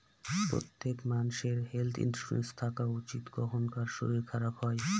প্রত্যেক মানষের health insurance থাকা উচিত, কখন কার শরীর খারাপ হয়